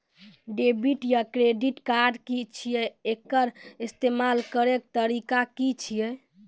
Debit या credit card की छियै? एकर इस्तेमाल करैक तरीका की छियै?